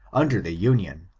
under the union,